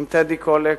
עם טדי קולק,